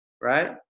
right